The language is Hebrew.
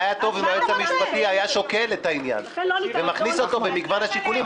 הערה לסדר.